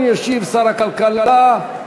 חברת הכנסת מיכל רוזין,